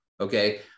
Okay